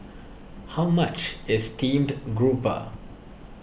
how much is Steamed Grouper